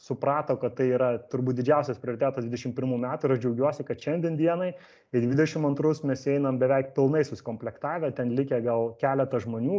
suprato kad tai yra turbūt didžiausias prioritetas dvidešim pirmų metų ir aš džiaugiuosi kad šiandien dienai į dvidešim antrus mes einam beveik pilnai susikomplektavę ten likę gal keleta žmonių